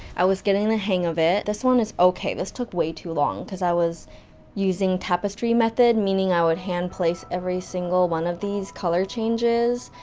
i was getting the hang of it, this one is okay this took way too long. cus i was using tapestry method, meaning i would hand place every single one of these color changes,